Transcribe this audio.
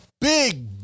big